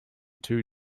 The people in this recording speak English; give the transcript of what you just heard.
two